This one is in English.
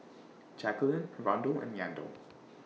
Jacalyn Rondal and Yandel